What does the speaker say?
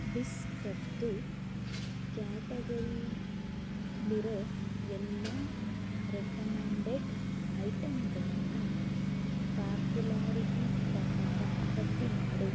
biscuit ಕ್ಯಾಟಗರೀಲಿರೋ ಎಲ್ಲ recommended ಐಟಮ್ಗಳನ್ನು ಪಾಪ್ಯುಲಾರಿಟಿ ಪ್ರಕಾರ ಪಟ್ಟಿ ಮಾಡು